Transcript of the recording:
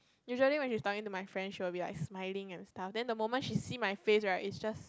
usually when she staring to my friend she will be like smiling and stuff then the moment she see my face right is just